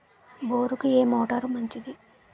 బోరుకి ఏ మోటారు మంచిది?